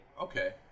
Okay